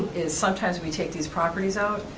is sometimes we take these properties out.